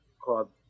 called